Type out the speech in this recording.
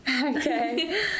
Okay